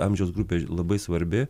amžiaus grupė labai svarbi